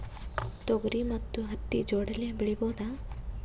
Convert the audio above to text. ತೊಗರಿ ಮತ್ತು ಹತ್ತಿ ಜೋಡಿಲೇ ಬೆಳೆಯಬಹುದಾ?